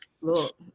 Look